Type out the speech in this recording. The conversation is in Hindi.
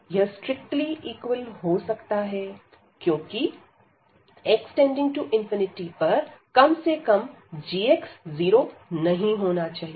यह स्ट्रिक्टली इक्वल हो सकता है क्योंकि x→∞ पर कम से कम g 0 नहीं होना चाहिए